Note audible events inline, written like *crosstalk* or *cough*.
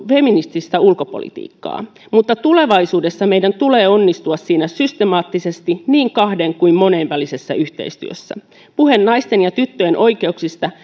feminististä ulkopolitiikkaa mutta tulevaisuudessa meidän tulee onnistua siinä systemaattisesti niin kahden kuin monenvälisessä yhteistyössä puhe naisten ja tyttöjen oikeuksista *unintelligible*